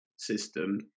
system